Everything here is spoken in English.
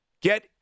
get